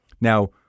Now